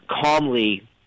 calmly